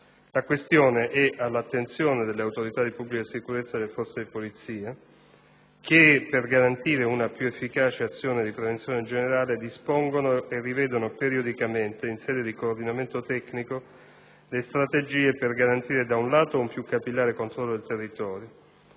La questione è all'attenzione delle autorità di pubblica sicurezza e delle forze di polizia che, per garantire una più efficace azione di prevenzione generale, dispongono e rivedono periodicamente, in sede di coordinamento tecnico, le strategie per garantire, da un lato, un più capillare controllo del territorio,